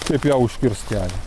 kaip jau užkirs kelią